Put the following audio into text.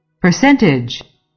Percentage